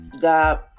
God